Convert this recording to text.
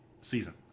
season